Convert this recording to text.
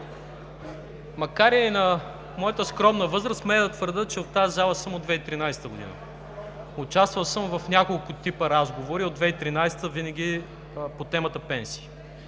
макар и на моята скромна възраст, смея да твърдя, че в тази зала съм от 2013 г. – участвал съм в няколко типа разговори от 2013-а, винаги по темата „Пенсии“.